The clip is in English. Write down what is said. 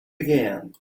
began